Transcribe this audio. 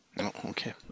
Okay